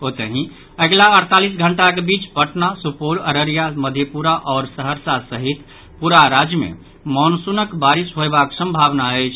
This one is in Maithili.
ओतहि अगिला अड़तालीस घंटाक बीच पटना सुपौल अररिया मधेपुरा आओर सहरसा सहित पूरा राज्य मे मॉनसूनक बारिश होयबाक सम्भावना अछि